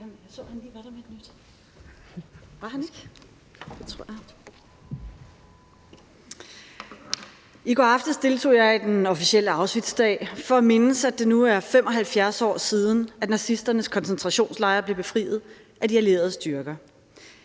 I går aftes deltog jeg i den officielle Auschwitzdag for at mindes, at det nu er 75 år siden, at nazisternes koncentrationslejre blev befriet af de allierede styrker.